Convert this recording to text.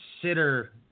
consider